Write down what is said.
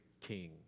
king